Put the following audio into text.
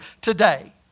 today